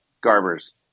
Garber's